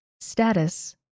status